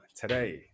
today